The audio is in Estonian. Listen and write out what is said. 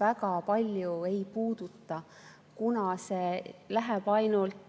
väga palju ei puuduta, kuna see läheb otsa ainult